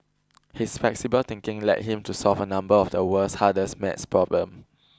his flexible thinking led him to solve a number of the world's hardest maths problem